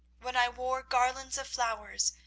when i wore garlands of flowers,